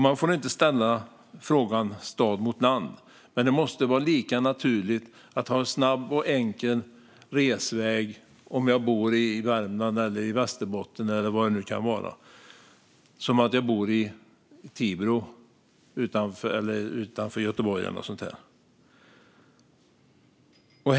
Man får inte ställa stad mot land, men det måste vara lika naturligt att ha en snabb och enkel resväg om man bor i Värmland eller Västerbotten som om man bor i Tibro, utanför Göteborg eller något sådant.